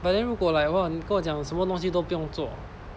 but then 如果 !wah! 你跟我讲什么东西都不用做